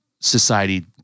society